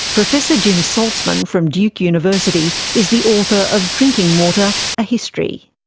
professor jim salzman from duke university is the author of drinking water a history.